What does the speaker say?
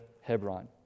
Hebron